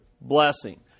blessing